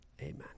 Amen